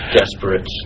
desperate